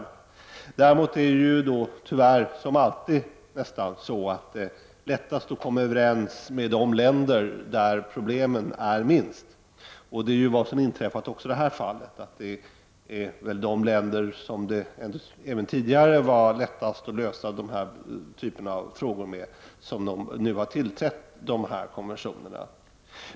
Tyvärr är det ju nästan alltid så att det är lättast att komma överens med de länder där problemen är minst. Det är vad som har inträffat också i det här fallet. De länder som även tidigare har varit lättast att lösa den här typen av frågor med är de som tillträtt dessa konventioner.